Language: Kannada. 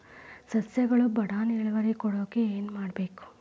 ಸಸ್ಯಗಳು ಬಡಾನ್ ಇಳುವರಿ ಕೊಡಾಕ್ ಏನು ಮಾಡ್ಬೇಕ್?